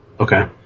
Okay